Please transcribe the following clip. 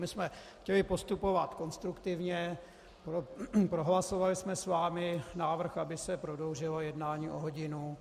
My jsme chtěli postupovat konstruktivně, prohlasovali jsme s vámi návrh, aby se prodloužilo jednání o hodinu.